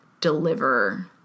deliver